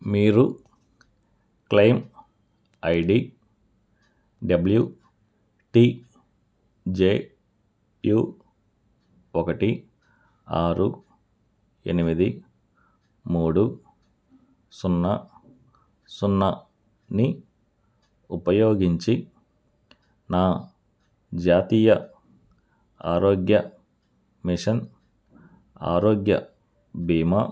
మీరు claim ID WTJU ఒకటి ఆరు ఎనిమిది మూడు సున్నా సున్నాని ఉపయోగించి నా జాతీయ ఆరోగ్య మిషన్ ఆరోగ్య బీమా